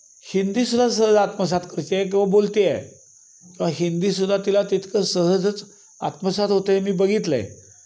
हिंदीसुद्धा सहज आत्मसात करते आहे किंवा बोलते आहे किंवा हिंदीसुद्धा तिला तितकं सहजच आत्मसात होतं आहे मी बघितलं आहे